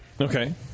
Okay